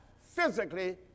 physically